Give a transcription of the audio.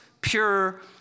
pure